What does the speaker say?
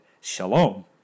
Shalom